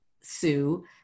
Sue